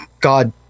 god